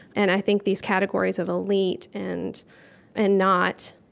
and i think these categories of elite and and not